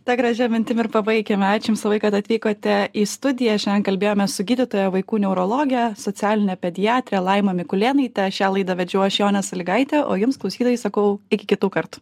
ta gražia mintim ir pabaikime ačiū jums labai kad atvykote į studiją šiandien kalbėjome su gydytoja vaikų neurologe socialine pediatre laima mikulėnaitė šią laidą vedžiau aš jonė sąlygaitė o jums klausytojai sakau iki kitų kart